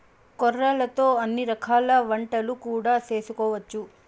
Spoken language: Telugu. కొర్రలతో అన్ని రకాల వంటలు కూడా చేసుకోవచ్చు